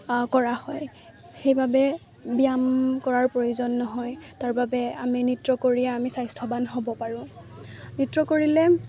কৰা হয় সেইবাবে ব্যায়াম কৰাৰ প্ৰয়োজন নহয় তাৰ বাবে আমি নৃত্য কৰিয়ে আমি স্বাস্থ্যৱান হ'ব পাৰোঁ নৃত্য কৰিলে